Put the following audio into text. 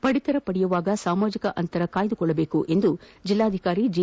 ಪಡಿತರ ಪಡೆಯುವಾಗ ಸಾಮಾಜಿಕ ಅಂತರ ಕಾಯ್ಲುಕೊಳ್ಳಬೇಕು ಎಂದು ಜಿಲ್ಲಾಧಿಕಾರಿ ಜಿ